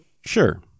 Sure